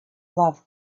love